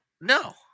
No